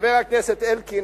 חבר הכנסת אלקין,